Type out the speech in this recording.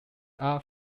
are